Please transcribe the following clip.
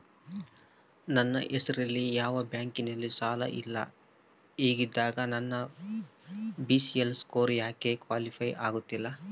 ನನ್ನ ಹೆಸರಲ್ಲಿ ಯಾವ ಬ್ಯಾಂಕಿನಲ್ಲೂ ಸಾಲ ಇಲ್ಲ ಹಿಂಗಿದ್ದಾಗ ನನ್ನ ಸಿಬಿಲ್ ಸ್ಕೋರ್ ಯಾಕೆ ಕ್ವಾಲಿಫೈ ಆಗುತ್ತಿಲ್ಲ?